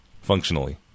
Functionally